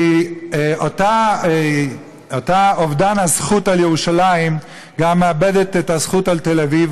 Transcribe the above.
כי אותו אובדן הזכות על ירושלים גם מאבד את הזכות על תל אביב,